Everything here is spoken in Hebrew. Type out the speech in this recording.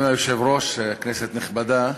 אדוני היושב-ראש, כנסת נכבדה,